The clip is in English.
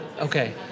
Okay